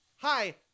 Hi